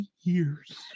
years